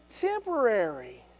temporary